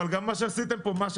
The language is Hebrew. אבל גם מה שעשיתם כאן,